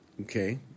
Okay